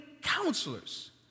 counselors